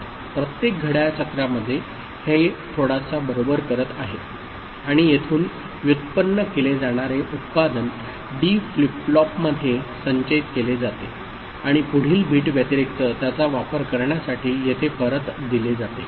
प्रत्येक घड्याळ चक्रामध्ये हे थोडासा बरोबर करत आहे आणि येथून व्युत्पन्न केले जाणारे उत्पादन डी फ्लिप फ्लॉपमध्ये संचयित केले जाते आणि पुढील बिट व्यतिरिक्त त्याचा वापर करण्यासाठी येथे परत दिले जाते